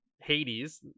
Hades